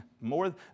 More